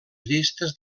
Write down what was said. llistes